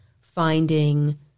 finding